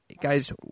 guys